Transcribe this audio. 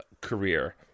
career